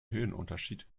höhenunterschied